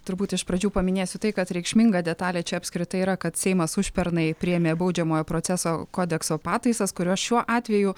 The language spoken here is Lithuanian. turbūt iš pradžių paminėsiu tai kad reikšminga detalė čia apskritai yra kad seimas užpernai priėmė baudžiamojo proceso kodekso pataisas kurios šiuo atveju